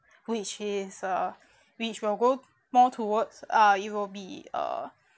which is uh which will go more towards uh it will be uh